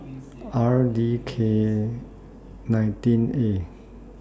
R D K nineteen A